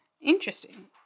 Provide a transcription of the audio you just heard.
Interesting